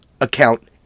account